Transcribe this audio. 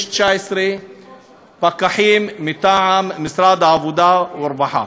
יש 19 פקחים מטעם משרד העבודה והרווחה.